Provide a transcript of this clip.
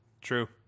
True